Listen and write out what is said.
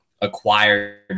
acquired